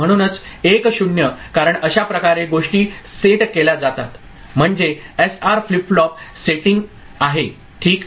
आणि म्हणूनच 1 0 कारण अशा प्रकारे गोष्टी सेट केल्या जातात म्हणजे एसआर फ्लिप फ्लॉप सेटिंग आहे ठीक